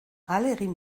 ahalegin